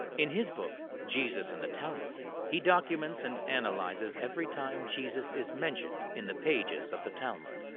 in his book, jesus in the talmud, he documents and analyzes every time jesus is mentioned in the pages of the talmud.